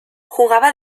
jugaba